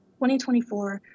2024